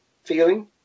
Feeling